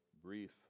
brief